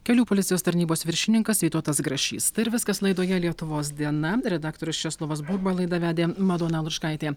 kelių policijos tarnybos viršininkas vytautas grašys tai ir viskas laidoje lietuvos diena redaktorius česlovas burba laidą vedė madona lučkaitė